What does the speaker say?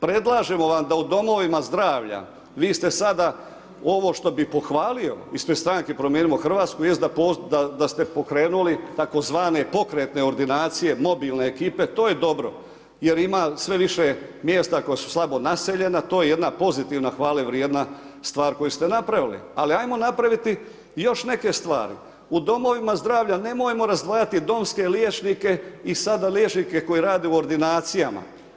Predlažemo vam da u domovima zdravlja vi ste sada ovo što bih pohvalio ispred stranke Promijenio Hrvatsku jest da ste pokrenuli tzv. pokretne ordinacije, mobilne ekipe to je dobro jer ima sve više mjesta koja su slabo naseljena to je jedna pozitivna hvale vrijedna stvar koju ste napravili, ali ajmo napraviti još neke stvari u domovima zdravlja nemojmo razdvajati domske liječnike i sada liječnike koji rade u ordinacijama.